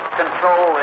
control